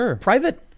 private